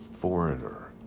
foreigner